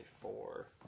four